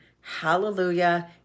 hallelujah